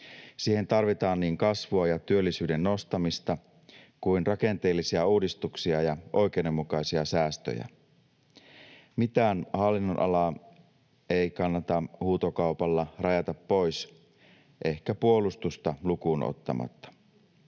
Siihen tarvitaan niin kasvua ja työllisyyden nostamista kuin rakenteellisia uudistuksia ja oikeudenmukaisia säästöjä. Mitään hallinnonalaa ei kannata huutokaupalla rajata pois, ehkä puolustusta lukuun ottamatta.